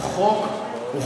זה לא עניין של אוטופיה,